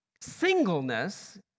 singleness